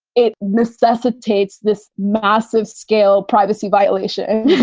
it necessitates this massive scale privacy violation. yeah